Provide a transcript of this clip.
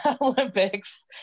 olympics